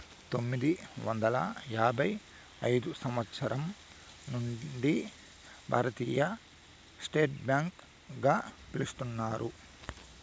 పంతొమ్మిది వందల యాభై ఐదు సంవచ్చరం నుండి భారతీయ స్టేట్ బ్యాంక్ గా పిలుత్తున్నారు